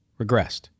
regressed